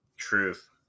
truth